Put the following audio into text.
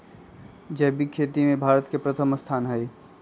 जैविक खेती में भारत के प्रथम स्थान हई